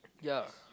ya